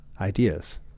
ideas